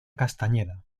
castañeda